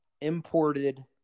imported –